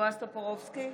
בועז טופורובסקי,